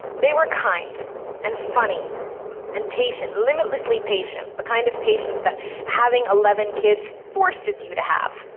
they were kind and funny and patient, limitlessly patient, the kind of patience that having eleven kids forces you to have.